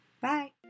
Bye